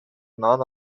non